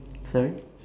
sorry